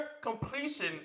completion